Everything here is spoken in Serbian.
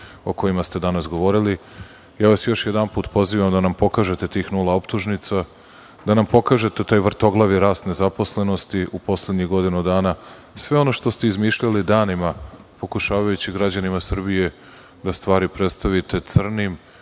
o kojima ste danas govorili. Još jedanput vas pozivam da nam pokažete tih nula optužnica, da nam pokažete taj vrtoglavi rast nezaposlenosti u poslednjih godinu dana i sve ono što ste izmišljali danima pokušavajući građanima Srbije da stvari predstavite crnim